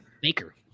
Baker